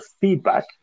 feedback